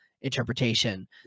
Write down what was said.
interpretation